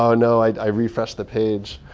oh no, i refreshed the page.